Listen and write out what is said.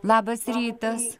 labas rytas